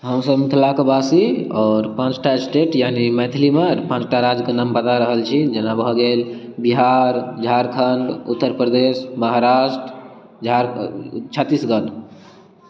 हमसब मिथिलाके बासी आओर पाँच टा स्टेट यानि मैथिलीमे पाँच टा राज्यके नाम बता रहल छी जेना भऽ गेल बिहार झारखंड उत्तरप्रदेश महाराष्ट्र झार छत्तीसगढ़